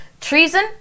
treason